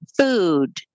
food